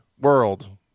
world